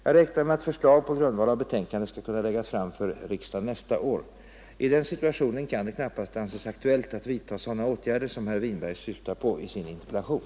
Jag räknar med att förslag på grundval av betänkandet skall kunna läggas fram för riksdagen nästa år. I den situationen kan det knappast anses aktuellt att vidta sådana åtgärder som herr Winberg åsyftar i sin interpellation.